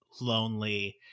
lonely